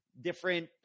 different